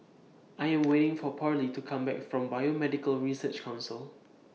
I Am waiting For Parlee to Come Back from Biomedical Research Council